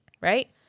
right